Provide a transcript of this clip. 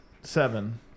Seven